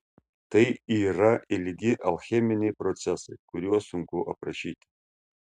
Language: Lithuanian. tai yra ilgi alcheminiai procesai kuriuos sunku aprašyti